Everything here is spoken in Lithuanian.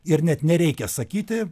ir net nereikia sakyti